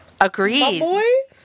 agreed